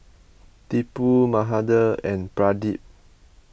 Tipu Mahade and Pradip